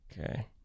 Okay